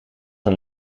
een